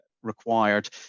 required